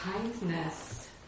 kindness